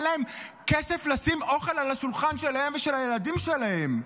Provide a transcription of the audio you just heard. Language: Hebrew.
אין להם כסף לשים אוכל על השולחן שלהם ושל הילדים שלהם.